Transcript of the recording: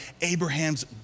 Abraham's